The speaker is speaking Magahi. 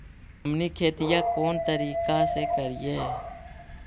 हमनी खेतीया कोन तरीका से करीय?